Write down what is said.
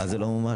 אז זה לא מומש.